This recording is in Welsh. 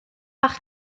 bach